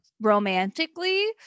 romantically